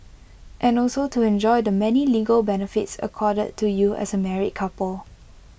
and also to enjoy the many legal benefits accorded to you as A married couple